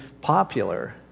popular